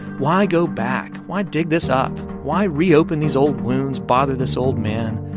why go back? why dig this up? why reopen these old wounds, bother this old man?